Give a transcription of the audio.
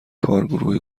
گروه